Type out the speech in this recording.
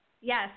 Yes